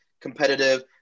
competitive